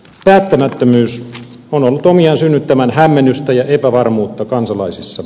päättämättömyys on ollut omiaan synnyttämään hämmennystä ja epävarmuutta kansalaisissa